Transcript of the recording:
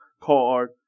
card